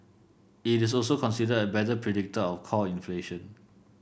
it is also considered a better predictor of core inflation